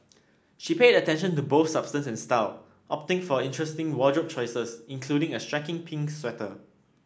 she paid attention to both substance and style opting for interesting wardrobe choices including a striking pink sweater